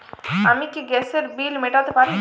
আমি কি গ্যাসের বিল মেটাতে পারি?